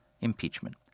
Impeachment